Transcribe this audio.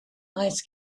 ice